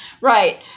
Right